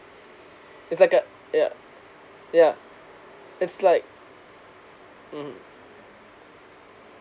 its like a yeah yeah its like mmhmm